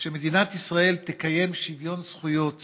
"מדינת ישראל תקיים שוויון זכויות